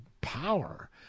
power